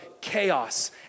chaos